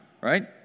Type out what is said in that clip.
right